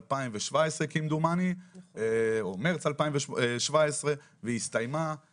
בפברואר 2017, כמדומני, או מרץ 2017 והסתיימה.